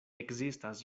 ekzistas